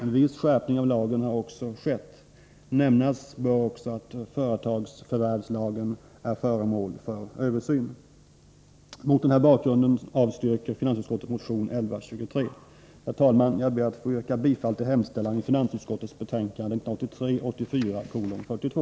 En viss skärpning av lagen har också skett. Nämnas bör även att företagsförvärvslagen är föremål för översyn. Mot den här bakgrunden avstyrker finansutskottet motion 1123. Herr talman! Jag ber att få yrka bifall till hemställan i finansutskottets betänkande 1983/84:42.